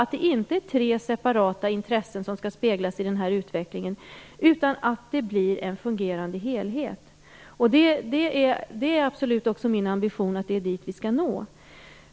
Det skall inte vara tre separata intressen som skall speglas i utvecklingen, utan det skall bli en fungerande helhet. Det är absolut min ambition att det är dit vi skall nå.